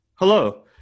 Hello